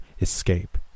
escape